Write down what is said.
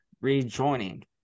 rejoining